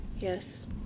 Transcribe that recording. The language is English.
Yes